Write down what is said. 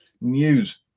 news